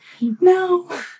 no